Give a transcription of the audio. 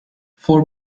for